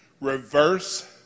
Reverse